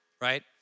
right